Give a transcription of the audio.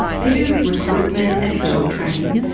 they do recruitment and job training,